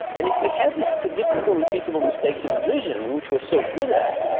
and if we have these predictable repeatable mistakes in vision, and which we're so good at,